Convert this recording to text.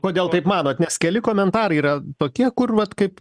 kodėl taip manot nes keli komentarai yra tokie kur vat kaip